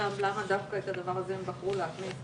באותו מועד על ידי הוועדה המקומית,